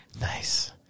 Nice